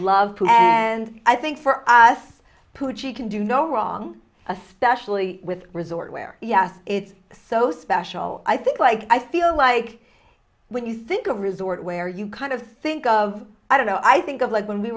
love and i think for us put she can do no wrong especially with resort where yes it's so special i think like i feel like when you think of resort where you kind of think of i don't know i think of like when we